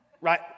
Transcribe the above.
right